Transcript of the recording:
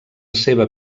seva